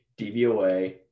DVOA